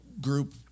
group